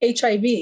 HIV